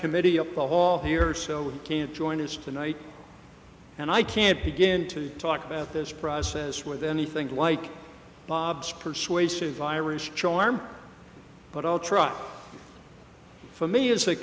committee up the hall here so we can join us tonight and i can't begin to talk about this process with anything like bob's persuasive virus charm but i'll try for me as a